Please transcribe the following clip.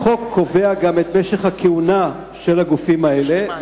החוק קובע גם את משך הכהונה של הגופים האלה,